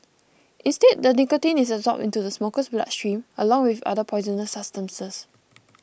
instead the nicotine is absorbed into the smoker's bloodstream along with other poisonous substances